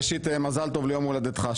ראשית מזל טוב ליום הולדתך.